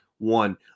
one